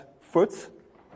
foot